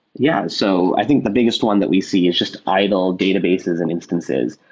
yeah. so i think the biggest one that we see is just idle databases and instances.